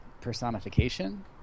personification